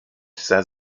sah